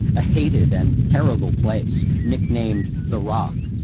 a hated and terrible place nicknamed the rock.